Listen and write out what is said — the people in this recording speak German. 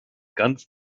ganz